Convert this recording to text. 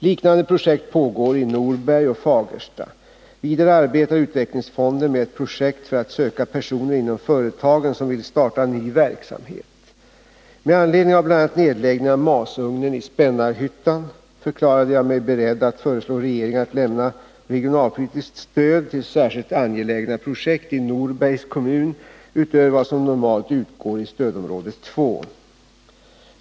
Liknande projekt pågår i Norberg och Fagersta. Vidare arbetar utvecklingsfonden med ett projekt för att söka personer inom företagen som vill starta ny verksamhet. Med anledning av bl.a. nedläggningen av masugnen i Spännarhyttan förklarade jag mig beredd att föreslå regeringen att lämna regionalpolitiskt stöd till särskilt angelägna projekt i Norbergs kommun utöver vad som normalt utgår i stödområde 2.